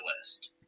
list